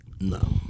No